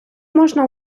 можна